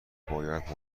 باید